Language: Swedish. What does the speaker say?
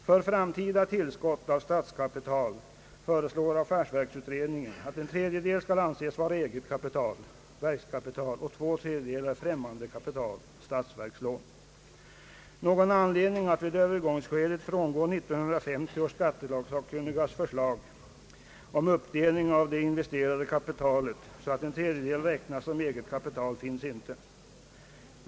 För framtida tillskott av statskapital föreslår affärsverksutredningen att en tredjedel skall anses vara eget kapital, dvs. verkskapital, och två tredjedelar främmande kapital, dvs. statsverkslån. Någon anledning att vid övergångsskedet frångå 1950 års skattelagssakkunnigas förslag om uppdelning av det investerade kapitalet så att en tredjedel räknas som eget kapital finns inte.